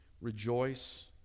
rejoice